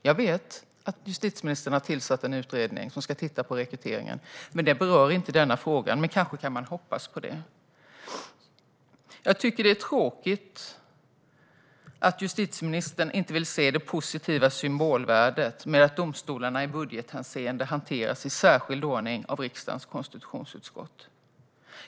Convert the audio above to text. Jag vet att justitieministern har tillsatt en utredning som ska titta på rekryteringen. Den berör inte denna fråga, men kanske kan man hoppas i alla fall. Jag tycker att det är tråkigt att justitieministern inte vill se det positiva symbolvärdet i att domstolarna i budgethänseende skulle hanteras i särskild ordning av riksdagens konstitutionsutskott.